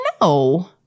No